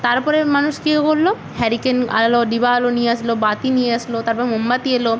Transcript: তার পরে মানুষ কী করল হ্যারিকেন আলো ডিবা আলো নিয়ে আসলো বাতি নিয়ে আসলো তার পরে মোমবাতি এল